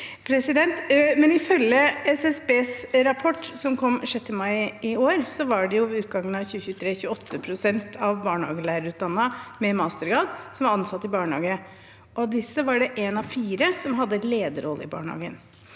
ifølge SSBs rapport, som kom 6. mai i år, var det ved utgangen av 2023 28 pst. av de barnehagelærerutdannede med mastergrad som var ansatt i barnehage. Av disse var det én av fire som hadde en lederrolle i barnehagen.